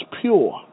pure